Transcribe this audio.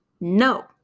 No